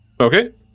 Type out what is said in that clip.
Okay